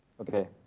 Okay